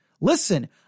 listen